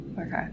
Okay